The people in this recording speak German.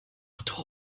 auto